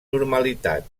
normalitat